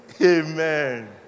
Amen